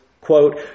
quote